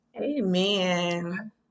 Amen